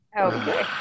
Okay